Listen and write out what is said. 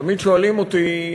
תמיד שואלים אותי,